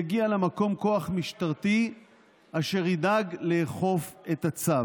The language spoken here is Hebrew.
יגיע למקום כוח משטרתי וידאג לאכוף את הצו.